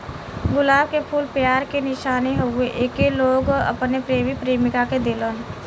गुलाब के फूल प्यार के निशानी हउवे एके लोग अपने प्रेमी प्रेमिका के देलन